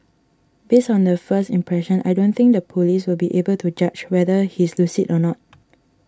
based on the first impression I don't think the police will be able to judge whether he's lucid or not